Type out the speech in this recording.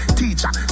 teacher